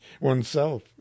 oneself